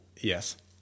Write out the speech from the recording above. Yes